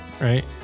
right